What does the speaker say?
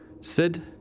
Sid